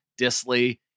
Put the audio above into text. Disley